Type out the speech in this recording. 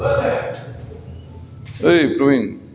এই প্ৰবীন